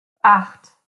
acht